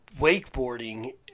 wakeboarding